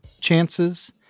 chances